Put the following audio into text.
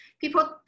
people